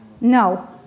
No